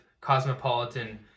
cosmopolitan